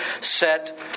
set